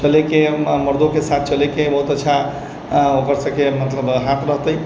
चलैके मर्दोंके साथ चलैके बहुत अच्छा ओकर सबके मतलब हाथ रहतै